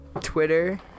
Twitter